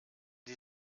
die